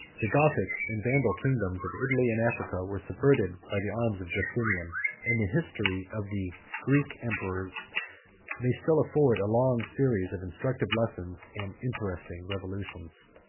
the gothic and vandal kingdoms of italy and africa were subverted by the arms of justinian and the history of the greek emperors may still afford a long series of instructive lessons, and interesting revolutions.